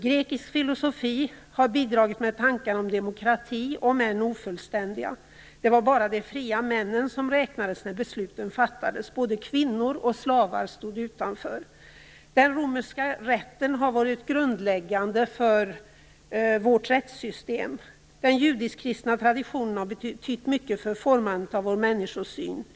Grekisk filosofi har bidragit med tankar om demokrati, om än ofullständiga. Det var bara de fria männen som räknades när besluten fattades. Både kvinnor och slavar stod utanför. Den romerska rätten har varit grundläggande för vårt rättssystem. Den judisk-kristna traditionen har betytt mycket för formandet av vår människosyn.